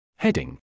Heading